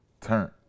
Turn